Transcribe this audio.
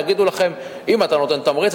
יגידו לכם: אם אתה נותן תמריץ,